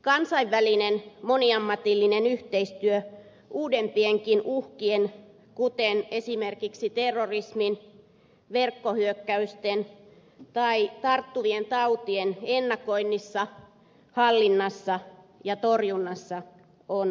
kansainvälinen moniammatillinen yhteistyö uudempienkin uhkien kuten terrorismin verkkohyökkäysten tai tarttuvien tautien ennakoinnissa hallinnassa ja torjunnassa on tärkeää